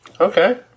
Okay